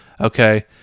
Okay